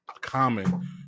common